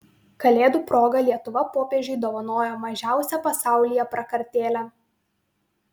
kalėdų proga lietuva popiežiui dovanojo mažiausią pasaulyje prakartėlę